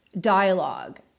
dialogue